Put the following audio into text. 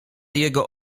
jego